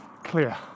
clear